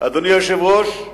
אדוני היושב-ראש,